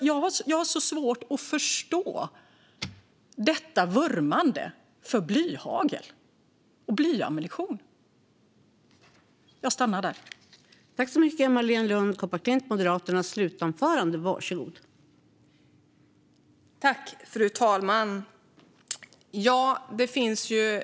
Jag har svårt att förstå detta vurmande för blyhagel och blyammunition.